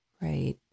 Right